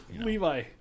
Levi